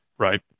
Right